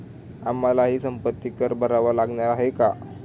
आम्हालाही संपत्ती कर भरावा लागणार आहे का?